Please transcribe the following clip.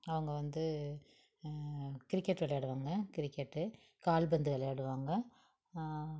அவங்க வந்து கிரிக்கெட் விளையாடுவாங்க கிரிக்கெட்டு கால்பந்து விளையாடுவாங்க